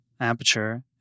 Aperture